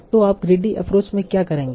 तो आप greedy approach में क्या करेंगे